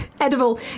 Edible